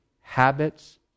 habits